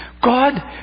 God